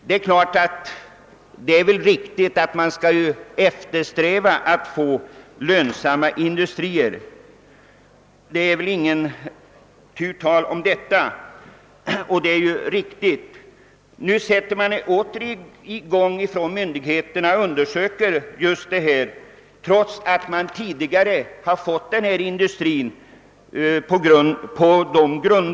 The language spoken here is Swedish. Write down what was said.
Naturligtvis är det riktigt att eftersträva lönsamma industrier, det är inte tu tal om den saken. Myndigheterna sätter åter i gång en undersökning trots att orten tidigare tilldelats den här industrin just på grund av att den var lönsam.